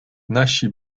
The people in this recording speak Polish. nasi